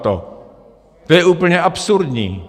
To je úplně absurdní!